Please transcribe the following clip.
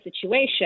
situation